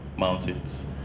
mountains